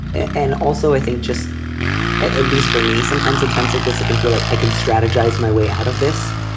and also, i think just at at least for me, sometimes in times like this, it can feel like i can strategize my way out of this,